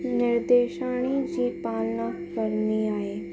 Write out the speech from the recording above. निर्देशाणी जी पालना करिणी आहे